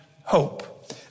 hope